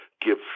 Give